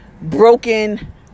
broken